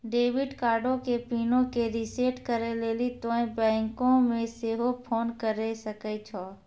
debit कार्डो के पिनो के रिसेट करै लेली तोंय बैंको मे सेहो फोन करे सकै छो